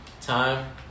time